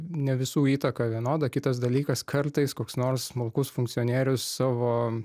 ne visų įtaka vienoda kitas dalykas kartais koks nors smulkus funkcionierius savo